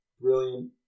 Brilliant